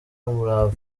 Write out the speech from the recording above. umurava